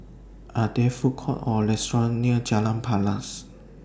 Are There Food Courts Or restaurants near Jalan Paras